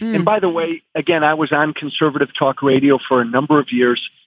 and by the way, again, i was on conservative talk radio for a number of years.